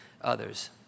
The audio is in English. others